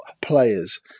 players